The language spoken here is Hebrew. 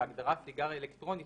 בהגדרה "סיגריה אלקטרונית",